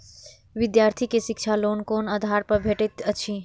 विधार्थी के शिक्षा लोन कोन आधार पर भेटेत अछि?